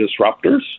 disruptors